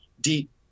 deep